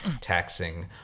taxing